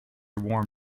warm